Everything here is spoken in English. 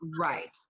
Right